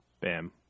Bam